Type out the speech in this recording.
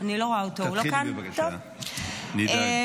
תתחילי, בבקשה, נדאג.